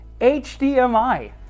HDMI